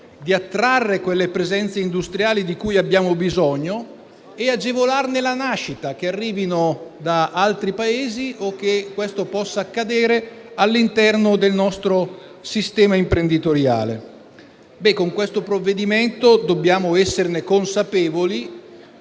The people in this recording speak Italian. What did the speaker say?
di attrarre quelle presenze industriali di cui abbiamo bisogno e agevolarne la nascita: che arrivino da altri Paesi o che questo possa accadere all'interno del nostro sistema imprenditoriale. Con il disegno di legge al nostro esame - dobbiamo esserne consapevoli